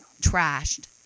trashed